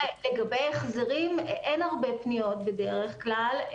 לגבי החזרים, אין הרבה פניות בדרך כלל.